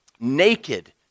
Naked